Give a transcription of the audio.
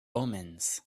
omens